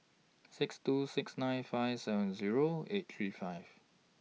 six two six nine five seven Zero eight three five